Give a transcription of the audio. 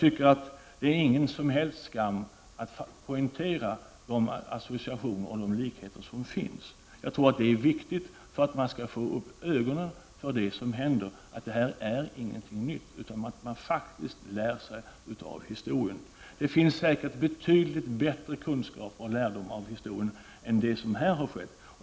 Det är ingen som helst skam att poängtera de associationer och likheter som finns. Jag tror att det är viktigt för att vi skall få upp ögonen för det som händer. Detta är ingenting nytt. Man måste faktiskt lära sig av historien. Betydligt bättre kunskaper och lärdomar kan säkert dras av historien än som här har skett.